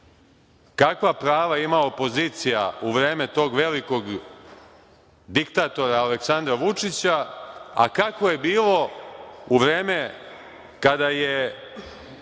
kakva prava ima opozicija u vreme tog velikog diktatora Aleksandra Vučića, a kako je bilo u vreme kada je